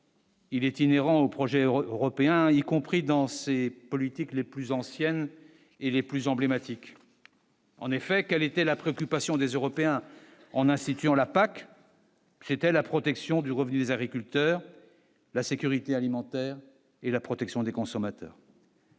Il est inhérent au projet Euro européens y compris danser politiques les plus anciennes et les plus emblématiques, en effet, quelle était la préoccupation des Européens en instituant la PAC, c'était la protection du revenu des agriculteurs, la sécurité alimentaire et la protection des consommateurs.